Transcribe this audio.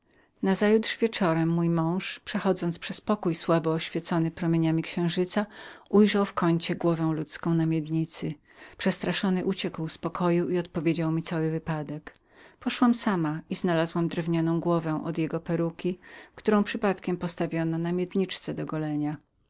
przyniosła nazajutrz wieczorem mój mąż przechodząc przez pokój słabo oświecony promieniem księżyca ujrzał w kącie głowę ludzką na półmisku przestraszony uciekł z pokoju i opowiedział mi cały wypadek poszłam sama i znalazłem drewnianą głowę od jego peruki którą przypadkiem postawiono na miedniczce od golenia